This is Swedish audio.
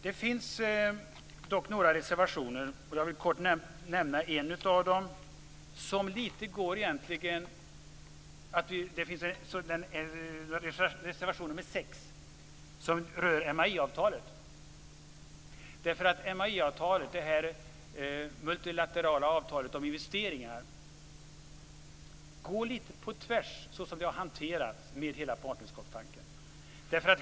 Det finns dock några reservationer, och jag vill kort nämna en av dem, nämligen reservation nr 6 som rör MAI-avtalet. MAI-avtalet, det multilaterala avtalet om investeringar, går så som det har hanterats litet på tvärs med hela partnerskapstanken.